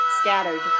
scattered